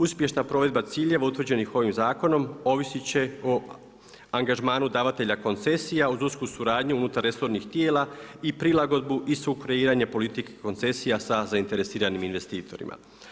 Uspješna provedba ciljeva utvrđenih ovih zakonom ovisiti će o angažmanu davatelja koncesija uz usku suradnju unutar resornih tijela i prilagodbu i sukreiranje politike koncesija sa zainteresiranim investitorima.